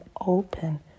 open